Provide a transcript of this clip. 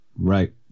Right